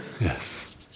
Yes